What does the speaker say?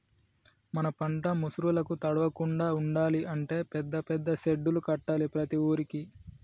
మన పంట ముసురులకు తడవకుండా ఉండాలి అంటే పెద్ద పెద్ద సెడ్డులు కట్టాలి ప్రతి ఊరుకి